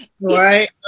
Right